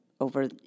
over